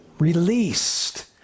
released